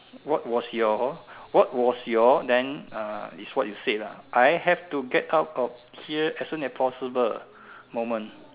what was your what was your then uh is what you say lah I have to get out of here as soon as possible moment